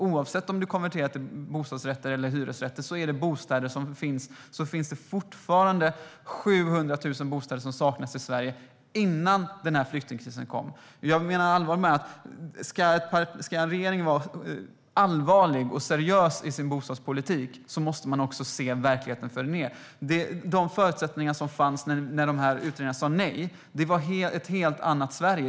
Oavsett om du konverterar hyresrätter till bostadsrätter saknades det 700 000 bostäder i Sverige innan flyktingkrisen kom. Ska en regering vara allvarlig och seriös i sin bostadspolitik måste den också se verkligheten för vad den är. De förutsättningar som fanns när utredningarna sa nej var i ett helt annat Sverige.